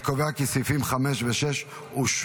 אני קובע כי סעיפים 5 ו-6 אושרו.